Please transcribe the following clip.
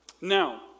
Now